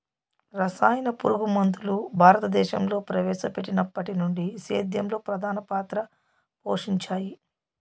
రసాయన పురుగుమందులు భారతదేశంలో ప్రవేశపెట్టినప్పటి నుండి సేద్యంలో ప్రధాన పాత్ర పోషించాయి